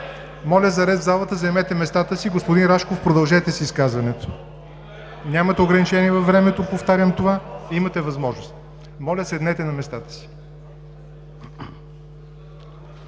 Моля за ред в залата! Заемете местата си. Господин Рашков, продължете с изказването. Нямате ограничение във времето, повтарям това, имате възможност. Моля, седнете на местата си.